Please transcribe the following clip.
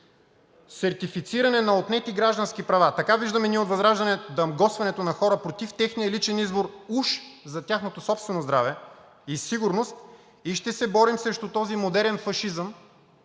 сертифициране на отнети граждански права. Така ние от ВЪЗРАЖДАНЕ виждаме дамгосването на хора против техния личен избор уж за тяхното собствено здраве и сигурност и ще се борим срещу този модерен фашизъм